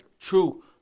True